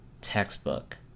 textbook